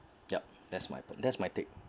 yup that's my that's my take